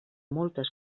moltes